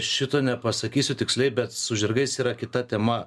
šito nepasakysiu tiksliai bet su žirgais yra kita tema